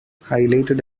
highlighted